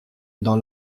dans